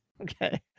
Okay